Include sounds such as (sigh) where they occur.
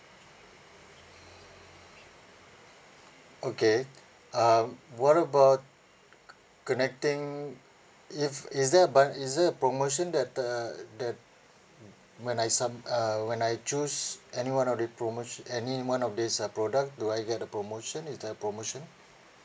(noise) okay um what about c~ connecting if is there a bund~ is there a promotion that uh that (noise) when I some uh when I choose any one of the promotion any one of these uh product do I get the promotion is there a promotion